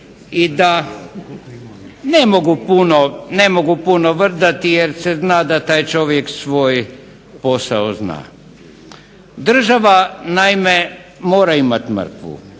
i da ne mogu puno vrdati jer se zna da taj čovjek svoj posao zna. Država naime mora imati … u